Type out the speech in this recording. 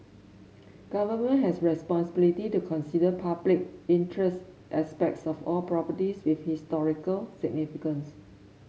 government has responsibility to consider public interest aspects of all properties with historical significance